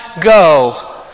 go